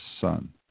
son